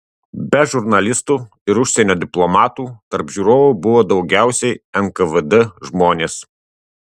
be žurnalistų ir užsienio diplomatų tarp žiūrovų buvo daugiausiai nkvd žmonės